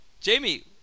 Jamie